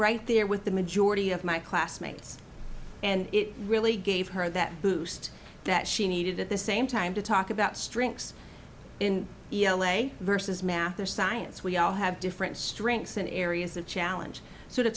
right there with the majority of my classmates and it really gave her that boost that she needed at the same time to talk about strengths in l a versus math or science we all have different strengths and areas of challenge so